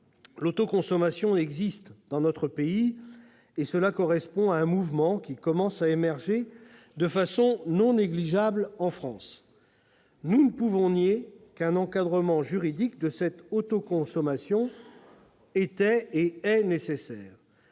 L'autoconsommation existe dans notre pays, un mouvement commençant à émerger de façon non négligeable en France. Nous ne pouvons nier qu'un encadrement juridique de cette autoconsommation est nécessaire,